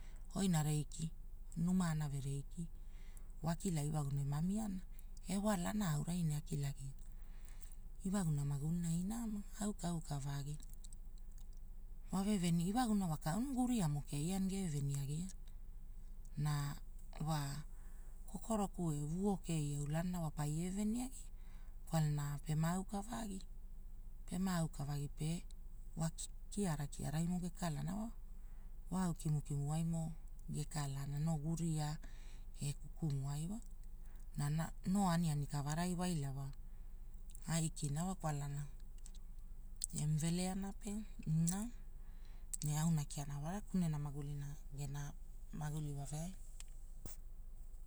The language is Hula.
Oina reikii, numa anave reikia, waakila ewaguna ema miana, ewalana aurai ne akilagiana. Ewaguna magulina ai nama gaokavagi, wa veveni waguna wa guriamo keia ne geveni agiana. Na wa, kokoroku e olua par veveni agia, kwalana pema aoka vagi. Pema auka vagi pe, wa kiarakiraimo gekalana wa, au kimukimu raimo gekalana, noo guria e kukumo aimo wa, noo aniani kavarai waila wa, aikina wa kwalana ema veleana pe ina. Ne auna kia wa, kunena magulina maguli waveaina